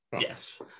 yes